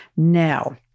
Now